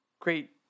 Great